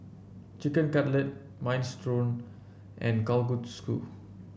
Chicken Cutlet Minestrone and Kalguksu